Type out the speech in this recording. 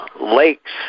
lakes